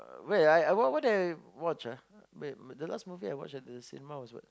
wait I what what did I watch ah wait the last movie I watch at the cinema was that